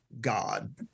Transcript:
God